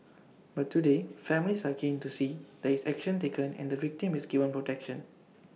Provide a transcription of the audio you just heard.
but today families are keen to see there is action taken and the victim is given protection